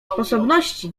sposobności